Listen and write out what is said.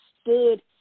stood